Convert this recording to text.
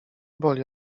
boli